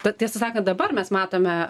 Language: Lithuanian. tad tiesą sakant dabar mes matome